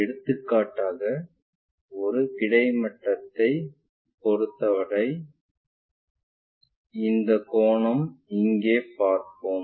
எடுத்துக்காட்டாக ஒரு கிடைமட்டத்தைப் பொறுத்தவரை இந்த கோணம் இங்கே பார்ப்போம்